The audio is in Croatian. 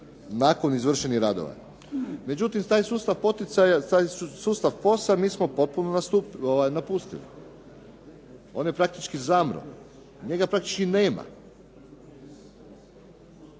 nakon izvršenih radova. Međutim, taj sustav poticaja, taj sustav POS-a mi smo potpuno napustili, on je praktički zamro, njega praktički nema.